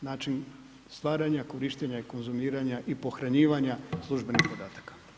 Znači stvaranja, korištenja i konzumiranja i pohranjivanja službenih podataka.